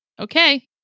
Okay